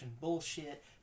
bullshit